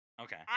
Okay